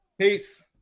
Peace